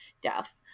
deaf